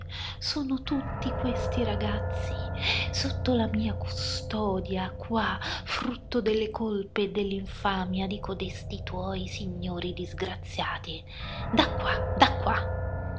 sono tutti questi ragazzi sotto la mia custodia qua frutto delle colpe e dell'infamia di codesti tuoi signori disgraziati da qua da qua